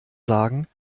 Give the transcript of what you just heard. sagen